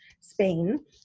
Spain